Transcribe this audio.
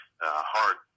hard